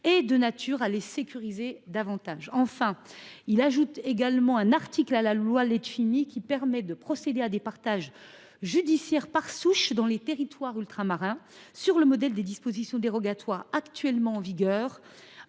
est de nature à les sécuriser davantage. Enfin, il tend à ajouter un autre article à la loi Letchimy permettant de procéder à des partages judiciaires par souche dans les territoires ultramarins, sur le modèle des dispositions dérogatoires actuellement en vigueur